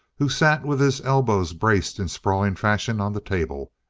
who sat with his elbows braced in sprawling fashion on the table,